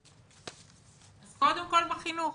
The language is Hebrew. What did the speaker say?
אז קודם כל בחינוך.